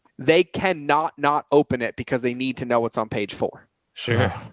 they cannot not open it because they need to know what's on page for sure.